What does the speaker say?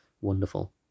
wonderful